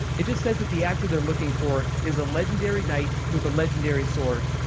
it just says that the actor they're looking for is a legendary knight with a legendary sword.